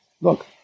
look